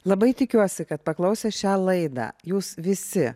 labai tikiuosi kad paklausę šią laidą jūs visi